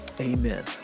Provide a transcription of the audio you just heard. Amen